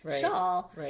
shawl